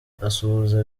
asuhuza